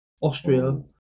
Austria